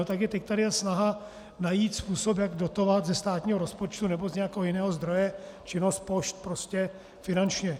Tak teď tady je snaha najít způsob, jak dotovat ze státního rozpočtu nebo z nějakého jiného zdroje činnost pošt finančně.